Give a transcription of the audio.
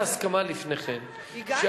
אם הגעתם להסכמה לפני כן, למה לעשות, הגענו.